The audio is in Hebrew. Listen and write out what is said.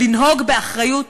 לנהוג באחריות